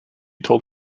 told